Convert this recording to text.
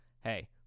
Hey